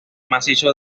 macizo